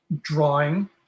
drawing